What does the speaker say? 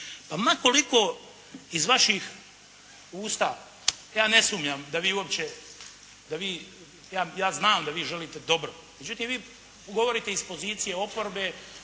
Ma koliko iz vaših usta, ja ne sumnjam da vi uopće, ja znam da vi želite dobro, međutim vi govorite iz pozicije oporbe,